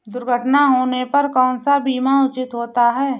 दुर्घटना होने पर कौन सा बीमा उचित होता है?